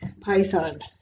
python